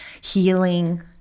healing